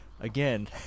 again